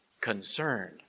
concerned